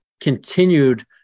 continued